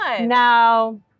Now